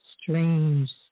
strange